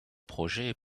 projets